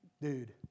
dude